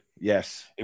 yes